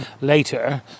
later